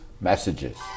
messages